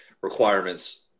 requirements